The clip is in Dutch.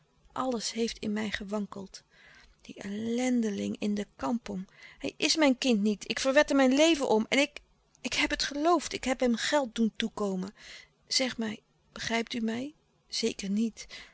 alles heeft in mij gewankeld die ellendeling in de kampong hij is mijn kind niet ik verwed er mijn leven om en ik ik heb het geloofd ik heb hem geld doen toekomen zeg mij begrijpt u mij zeker niet